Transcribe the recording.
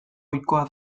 ohikoa